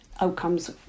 outcomes